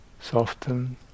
Soften